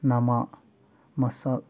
ꯅꯃ ꯃꯁꯛ